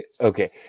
okay